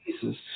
Jesus